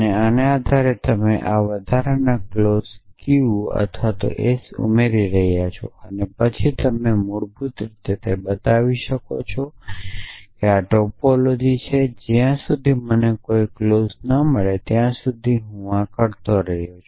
આના આધારે તમે આ વધારાના ક્લોઝ Q અથવા S ઉમેરી રહ્યા છો અને પછી તમે મૂળભૂત રીતે બતાવી શકો છો કે આ ટોપોલોજી છે અને જ્યાં સુધી મને કોઈ ક્લોઝ ન મળે ત્યાં સુધી હું આ કરતો રહ્યો છું